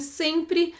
sempre